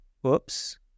whoops